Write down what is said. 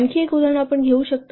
आणखी एक उदाहरण आपण घेऊ शकता